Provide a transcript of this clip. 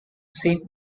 saint